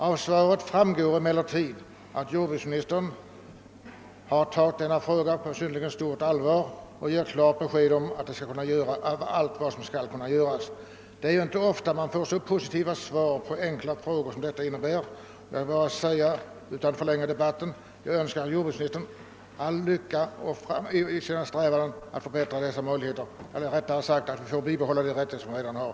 Av svaret framgår emellertid att jordbruksministern har tagit denna fråga på synnerligen stort allvar, och han har givit klart besked om att allt vad som kan göras också skall göras. Det är ju inte alltid man får så positiva svar på enkla frågor. Jag skall inte förlänga debatten ytterligare men vill önska jordbruksministern all lycka i hans strävanden, så att vi får bibehålla de rättigheter vi redan har.